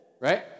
right